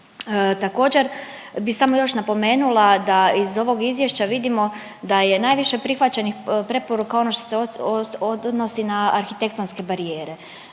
Također bi samo još napomenula da iz ovog izvješća vidimo da je najviše prihvaćenih preporuka ono što se odnosi na arhitektonske barijere.